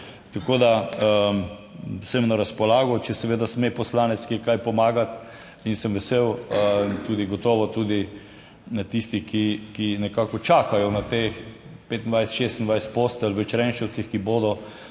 Tako da sem na razpolago, če seveda sme poslanec, kje kaj pomagati. In sem vesel in tudi gotovo tudi tisti, ki nekako čakajo na teh 25, 26 postelj v Črenšovcih, ki bodo,